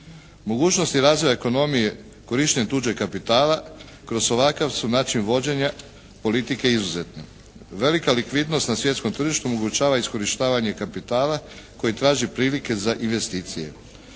Mogućnosti razvoja ekonomije korištenjem tuđeg kapitala kroz ovakav su način vođenja politike izuzetne. Velika likvidnost na svjetskom tržištu omogućava iskorištavanje kapitala koji traži prilike za investicije.